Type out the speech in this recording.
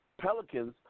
Pelicans